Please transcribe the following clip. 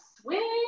swing